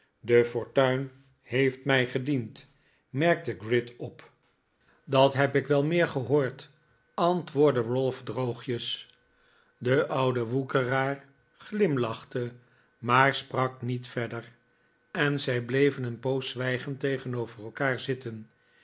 de fortuin heeft mij gediend merkte gride op de heer gride heeft trouwplannen dat heb ik wel meer gehoord antwoordde ralph droogjes de oude woekeraar glimlachte maar sprak niet verder en zij bleven een poos zwijgend tegenover elkaar zitten